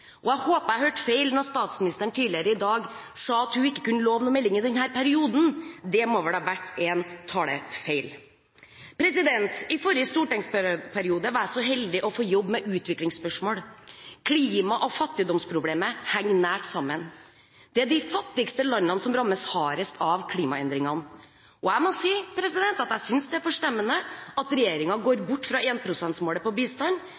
Jeg håper jeg hørte feil da statsministeren i dag sa at hun ikke kunne love en melding i denne perioden. Det må vel ha vært en talefeil. I forrige stortingsperiode var jeg så heldig å få jobbe med utviklingsspørsmål. Klima- og fattigdomsproblemet henger nært sammen. Det er de fattigste landene som rammes hardest av klimaendringene. Jeg må si at jeg synes det er forstemmende at regjeringen går ut bort fra 1 pst.-målet for bistand.